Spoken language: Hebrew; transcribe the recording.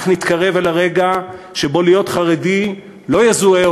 כך נתקרב אל הרגע שבו להיות חרדי לא יזוהה